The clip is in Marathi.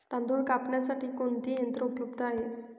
तांदूळ कापण्यासाठी कोणते यंत्र उपलब्ध आहे?